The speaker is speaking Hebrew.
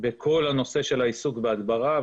מאוד בכל הנושא של העיסוק בהדברה,